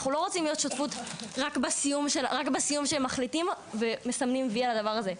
אנחנו לא רוצים להיות שותפים רק בסיום שמחליטים ומסמנים וי על הדבר הזה,